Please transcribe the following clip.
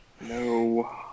No